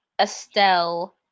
Estelle